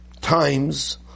times